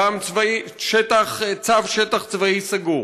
פעם צו שטח צבאי סגור,